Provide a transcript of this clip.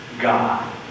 God